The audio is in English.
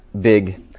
big